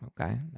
okay